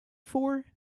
for